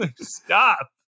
Stop